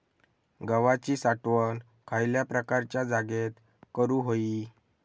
गव्हाची साठवण खयल्या प्रकारच्या जागेत करू होई?